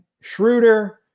Schroeder –